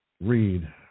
read